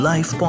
Life